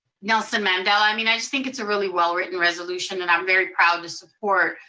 nelson mandela. i mean, i just think it's a really well-written resolution, that i'm very proud to support.